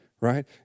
right